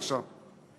בבקשה.